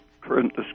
current